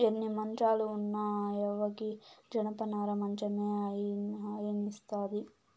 ఎన్ని మంచాలు ఉన్న ఆ యవ్వకి జనపనార మంచమే హాయినిస్తాది